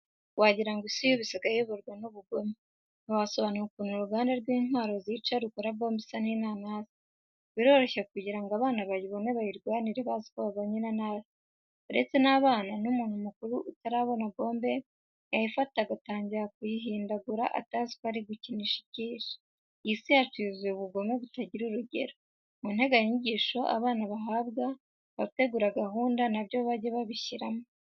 Wagira ngo isi y'ubu isigaye iyoborwa n'ubugome. Ntiwasobanura ukuntu uruganda rw'intwaro zica rukora bombe isa n'inanasi. Biroroshye kugira ngo abana bayibonye bayirwanire bazi ko babonye inanasi. Uretse n'abana, n'umuntu mukuru utarabona bombe yayifata agatangira kuyihindagura atazi ko ari gukinisha ikishi. Iyi si yacu yuzuye ubugome butagira urugero. Mu nteganyanyigisho abana bahabwa, abategura gahunda na byo bajye babishyiramo.